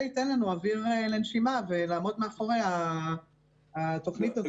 ייתן לנו אוויר לנשימה ונוכל לעמוד מאחורי התוכנית הזאת.